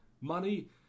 money